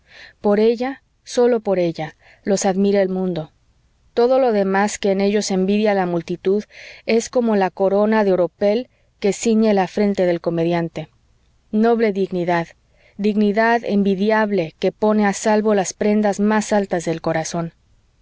por ella sólo por ella los admira el mundo todo lo demás que en ellos envidia la multitud es como la corona de oropel que ciñe la frente del comediante noble dignidad dignidad envidiable que pone a salvo las prendas más altas del corazón